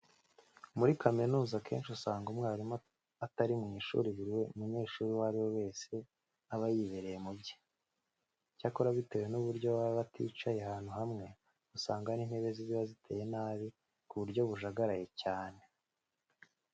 Muri kaminuza akenshi usanga iyo mwarimu atari mu ishuri buri munyeshuri uwo ari we wese aba yibereye mu bye. Icyakora bitewe n'uburyo baba baticaye ahantu hamwe usanga n'intebe ziba ziteye nabi ku buryo bujagaraye cyane.